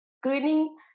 Screening